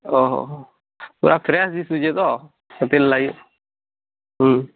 ଓହୋ ରଖ୍ ରେ ଜି ଫ୍ରିଜ୍ରେ ତ ସେଥିଲାଗି ହୁଁ